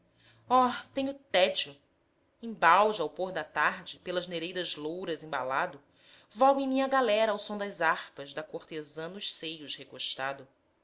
ohl tenho tédio embalde ao pôr da tarde pelas nereidas louras embalado vogo em minha galera ao som das harpas da cortesã nos seios recostado